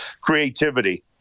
creativity